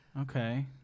Okay